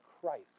Christ